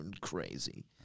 Crazy